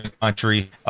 country